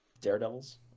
daredevils